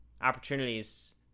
opportunities